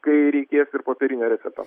kai reikės popierinio recepto